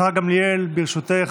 השרה גמליאל, ברשותך.